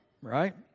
right